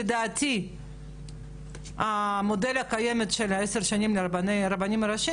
לדעתי המודל הקיים של עשר שנים לרבנים הראשיים